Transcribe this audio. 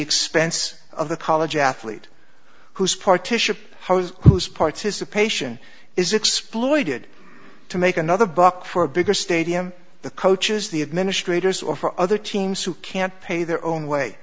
expense of the college athlete whose partition whose participation is exploited to make another buck for a bigger stadium the coaches the administrators or for other teams who can't pay their own way